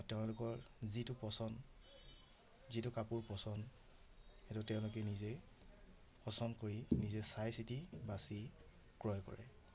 তেওঁলোকৰ যিটো পচন্দ যিটো কাপোৰ পচন্দ সেইটো তেওঁলোকে নিজে পচন্দ কৰি নিজে চাই চিতি বাচি ক্ৰয় কৰে